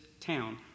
town